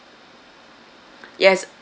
yes